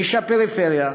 איש הפריפריה,